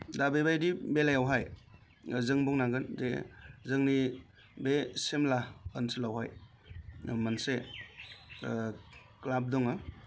दा बेबादि बेलायावहाय जों बुंनांगोन जे जोंनि बे सिमला ओनसोलावहाय मोनसे क्लाब दङ